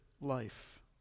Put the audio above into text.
life